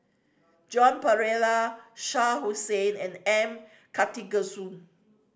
Joan Pereira Shah Hussain and M Karthigesu